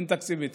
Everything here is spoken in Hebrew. הן תקציבית,